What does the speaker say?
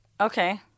Okay